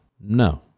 No